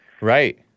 Right